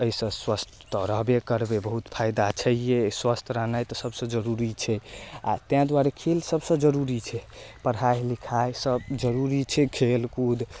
अइसँ स्वस्थ तऽ रहबे करबै बहुत फायदा छैहे जे स्वस्थ रहनाइ तऽ सबसँ जरूरी छै आओर तैं दुआरे खेल सबसँ जरूरी छै पढ़ाइ लिखाइ सब जरूरी छै खेलकूद